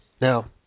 Now